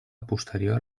posterior